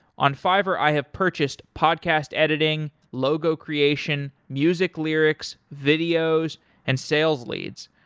on fiverr, i have purchased podcast editing, logo creation, music lyrics, videos and sales leads.